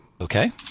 Okay